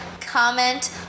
comment